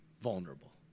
vulnerable